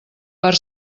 per